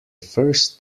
first